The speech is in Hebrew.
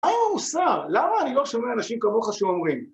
מהו מוסר? למה אני לא אשמר לאנשים כמוך שאומרים